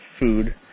food